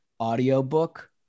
audiobook